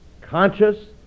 conscious